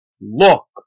look